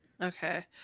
Okay